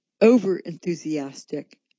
over-enthusiastic